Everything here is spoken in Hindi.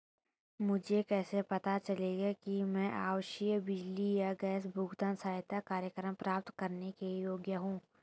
मुझे कैसे पता चलेगा कि मैं आवासीय बिजली या गैस भुगतान सहायता कार्यक्रम प्राप्त करने के योग्य हूँ?